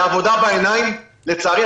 זו עבודה בעיניים, לצערי.